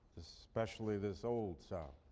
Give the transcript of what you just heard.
especially this old south?